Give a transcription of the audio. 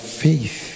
faith